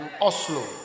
Oslo